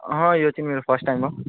अँ यो चाहिँ मेरो फर्स्ट टाइम हो